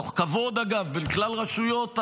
מתוך כבוד לכלל רשויות החוק.